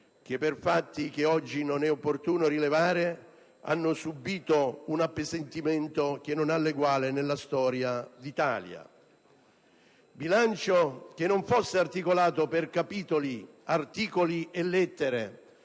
che, per fatti che oggi non è opportuno rilevare, hanno subito un appesantimento che non ha eguali nella storia d'Italia. Bilancio che non fosse articolato per capitoli, articoli e lettere,